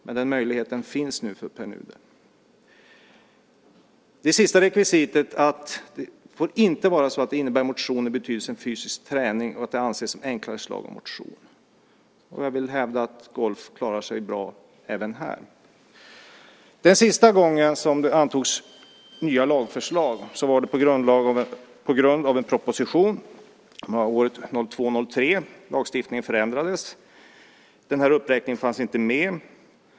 Men den möjligheten finns nu för Pär Nuder. Det sista rekvisitet är att sporter som inte innebär motion i betydelsen fysisk träning inte ansetts som enklare slag av motion. Jag vill hävda att golf klarar sig bra även här. Den sista gången som det antogs nya lagförslag var det på grund av en proposition, 2002/03. Lagstiftningen förändrades. Den här uppräkningen fanns inte med.